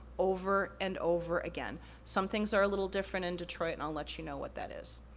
over and over again. some things are a little different in detroit and i'll let you know what that is.